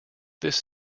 this